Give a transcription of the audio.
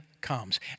comes